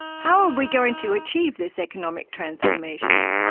how are we going to achieve this economic transformation?